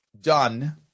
done